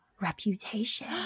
reputation